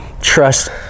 trust